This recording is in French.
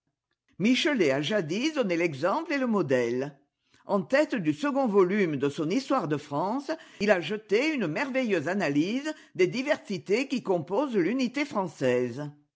michelet a jadis donné l'exemple et le modèle en tête du second volume de son histoire de france a jeté une merveilleuse analyse des diversités qui composent l'unité française